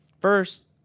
first